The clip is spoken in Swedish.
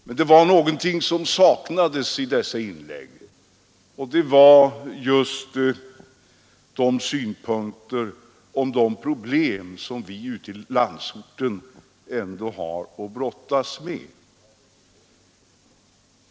Men det var någonting som saknades i dessa inlägg, och det var synpunkter på de problem som vi ute i landsorten ändå har att brottas med.